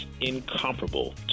incomparable